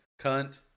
cunt